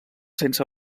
sense